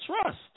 trust